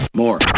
more